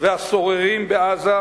והסוררים בעזה,